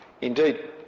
Indeed